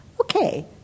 okay